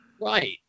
right